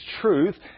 truth